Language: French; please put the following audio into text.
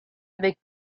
avec